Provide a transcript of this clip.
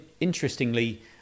interestingly